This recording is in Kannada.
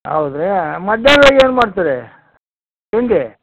ಹೌದಾ ರೀ ಮಧ್ಯಾಹ್ನ್ದಾಗ ಏನು ಮಾಡ್ತೀರಿ ತಿಂಡಿ